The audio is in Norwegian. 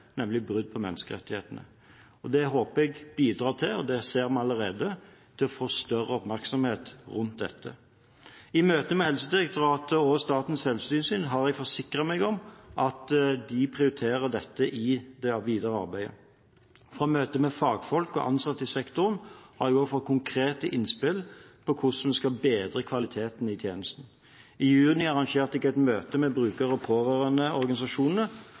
nemlig brudd på menneskerettighetene. Det håper jeg bidrar til – og det ser vi allerede – å få større oppmerksomhet rundt dette. I møte med Helsedirektoratet og Statens helsetilsyn har jeg forsikret meg om at de prioriterer dette i det videre arbeidet. Fra møte med fagfolk og ansatte i sektoren har jeg òg fått konkrete innspill om hvordan vi skal bedre kvaliteten i tjenesten. I juni arrangerte jeg et møte med bruker- og